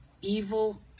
Evil